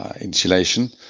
insulation